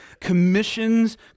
commissions